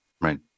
Right